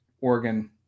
Oregon